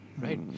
Right